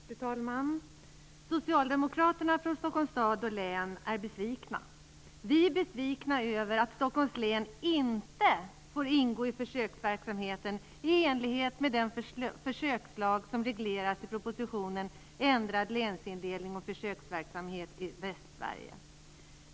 Fru talman! Socialdemokraterna från Stockholms stad och län är besvikna. Vi är besvikna över att Västsverige.